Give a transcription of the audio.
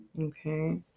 okay